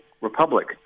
Republic